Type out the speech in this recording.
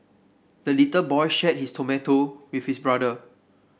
the little boy shared his tomato with his brother